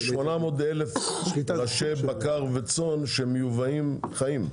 יש 800,000 ראשי בקר וצאן שמיובאים חיים.